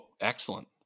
excellent